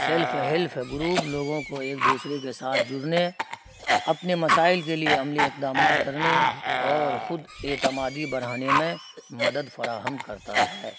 self help group لوگوں کو ایک دوسرے کے ساتھ جڑنے اپنے مسائل کے لیے عملی اقدامات کرنے اور خود اعتمادی بڑھانے میں مدد فراہم کرتا ہے